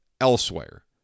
elsewhere